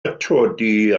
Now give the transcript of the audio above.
atodi